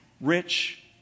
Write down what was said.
Rich